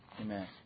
amen